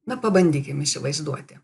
na pabandykim įsivaizduoti